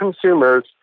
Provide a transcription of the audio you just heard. consumers